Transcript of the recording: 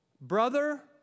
brother